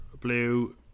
Blue